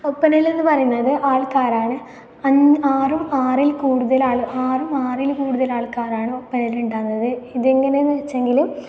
ഒപ്പനയിൽ എന്ന് പറയുന്നത് ആൾക്കാരാണ് ആറും ആറിൽ കൂടുതൽ ആൾ ആറും ആറിൽ കൂടുതൽ ആൾക്കാരാണ് ഒപ്പനയിൽ ഉണ്ടാകുന്നത് ഇതെങ്ങനെ എന്ന് വച്ചെങ്കിൽ